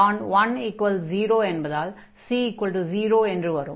1 0 என்பதால் c0 என்று வரும்